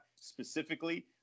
specifically